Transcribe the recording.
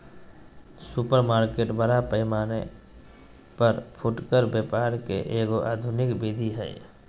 supermarket बड़ा पैमाना पर फुटकर व्यापार के एगो आधुनिक विधि हइ